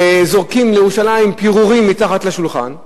זורקים לירושלים פירורים מתחת לשולחן.